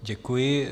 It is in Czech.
Děkuji.